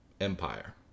...empire